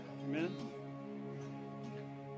Amen